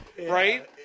right